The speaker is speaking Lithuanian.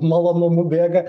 malonumu bėga